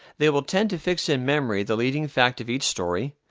they will tend to fix in memory the leading fact of each story,